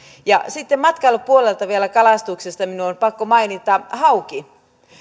sitten matkailupuolelta vielä kalastuksesta minun on on pakko mainita hauki